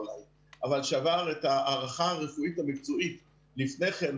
שעבר את הערכה הרפואית המקצועית לפני כן,